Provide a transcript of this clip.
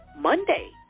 Monday